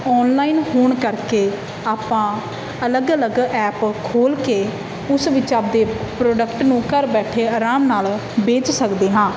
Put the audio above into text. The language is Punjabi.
ਔਨਲਾਈਨ ਹੋਣ ਕਰਕੇ ਆਪਾਂ ਅਲੱਗ ਅਲੱਗ ਐਪ ਖੋਲ੍ਹ ਕੇ ਉਸ ਵਿੱਚ ਆਪਦੇ ਪ੍ਰੋਡਕਟ ਨੂੰ ਘਰ ਬੈਠੇ ਆਰਾਮ ਨਾਲ ਵੇਚ ਸਕਦੇ ਹਾਂ